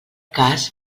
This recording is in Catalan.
cas